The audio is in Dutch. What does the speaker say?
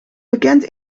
bekend